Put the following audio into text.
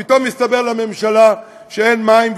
פתאום הסתבר לממשלה שאין מים,